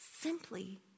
simply